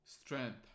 strength